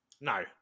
No